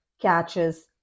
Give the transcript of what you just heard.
catches